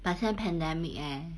but 现在 pandemic leh